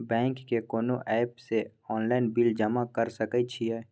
Bank के कोन app से ऑनलाइन बिल जमा कर सके छिए?